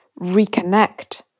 reconnect